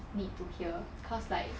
need to hear cause like